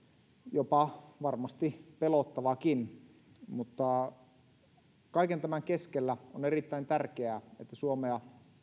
varmasti jopa pelottavakin kaiken tämän keskellä on erittäin tärkeää että suomea